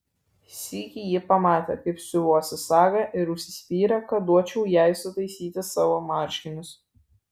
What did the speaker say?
sykį ji pamatė kaip siuvuosi sagą ir užsispyrė kad duočiau jai sutaisyti savo marškinius